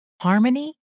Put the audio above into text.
Harmony